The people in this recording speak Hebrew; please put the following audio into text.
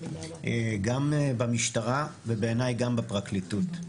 גם במשטרה ובעיניי גם בפרקליטות.